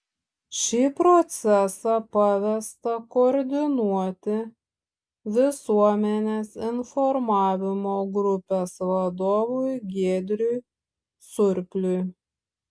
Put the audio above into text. šį procesą pavesta koordinuoti visuomenės informavimo grupės vadovui giedriui surpliui